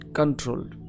controlled